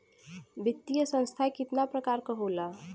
वित्तीय संस्था कितना प्रकार क होला?